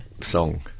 song